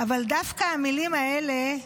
אבל דווקא המילים האלה,